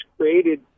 created